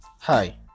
hi